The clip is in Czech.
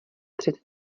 před